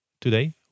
Today